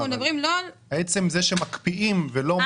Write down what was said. אבל עצם זה שמקפיאים ולא מחריגים.